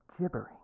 gibbering